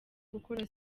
gukora